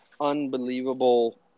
unbelievable